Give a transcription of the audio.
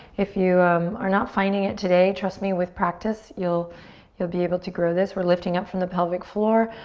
if you are not finding it today, trust me, with practice you'll you'll be able to grow this. we're lifting up from the pelvic floor.